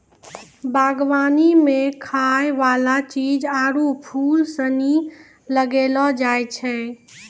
बागवानी मे खाय वाला चीज आरु फूल सनी लगैलो जाय छै